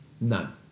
None